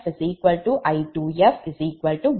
எனவே I1fI2f j4